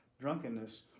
drunkenness